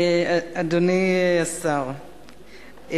אדוני השר,